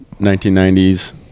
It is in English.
1990s